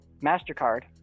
MasterCard